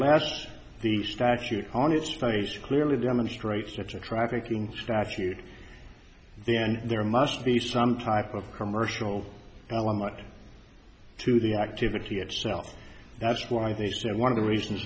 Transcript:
last the statute on its face clearly demonstrates such a trafficking statute then there must be some type of commercial element to the activity itself that's why they said one of the reasons